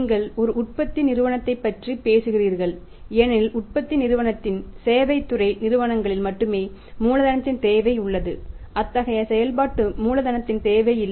நீங்கள் ஒரு உற்பத்தி நிறுவனத்தைப் பற்றி பேசுகிறீர்கள் ஏனெனில் உற்பத்தி நிறுவனத்தில் சேவைத் துறை நிறுவனங்களில் மட்டுமே மூலதனத்தின் தேவை உள்ளது அத்தகைய செயல்பாட்டு மூலதனத்தின் தேவை இல்லை